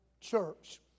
Church